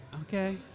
Okay